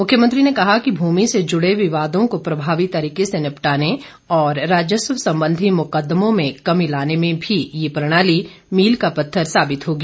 मुख्यमंत्री ने कहा कि भूमि से जुड़े विवादों को प्रभावी तरीके से निपटाने और राजस्व संबंधी मुकददमों में कमी लाने में भी ये प्रणाली भील का पत्थर साबित होगी